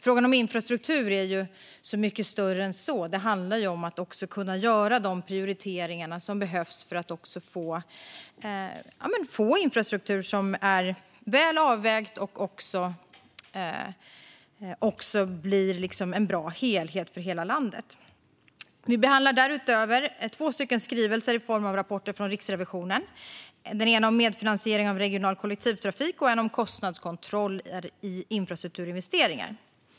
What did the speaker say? Frågan om infrastruktur är dock så mycket större än så. Det handlar ju om att kunna göra de prioriteringar som behövs för att få infrastruktur som är väl avvägd, så att det blir en bra helhet för hela landet. Vi behandlar därutöver två skrivelser i form av rapporter från Riksrevisionen. Den ena handlar om medfinansiering av regional kollektivtrafik, och den andra handlar om kostnadskontroll i infrastrukturinvesteringar.